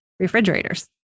refrigerators